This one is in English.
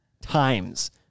times